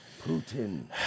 Putin